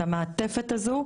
את המעטפת הזו,